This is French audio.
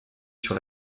sur